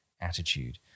attitude